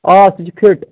آ سُہ چھُ فِٹ